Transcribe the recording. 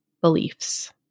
beliefs